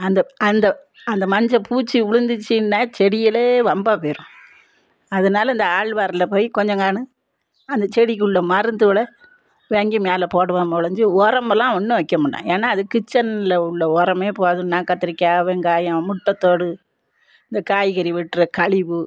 அந்த அந்த அந்த மஞ்சள் பூச்சி விழுந்துருச்சின்னா செடியிலே வம்பாக போயிடும் அதனால இந்த ஆள்வாரில் போய் கொஞ்சம்கானு அந்த செடிக்குள்ளே மருத்துகள வாங்கி மேலே போடுவோமோ ஒழிஞ்சி உரமெல்லாம் ஒன்றும் வைக்க மாட்டேன் ஏனால் அது கிச்சனில் உள்ள உரமே போதுன்னா கத்திரிக்காய் வெங்காயம் முட்டை தோல் இந்த காய்கறி வெட்டுற கழிவு